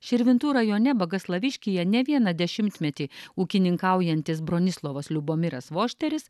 širvintų rajone bagaslaviškyje ne vieną dešimtmetį ūkininkaujantis bronislovas liubomiras vošteris